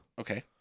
Okay